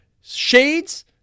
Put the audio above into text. shades